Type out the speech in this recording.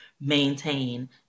maintain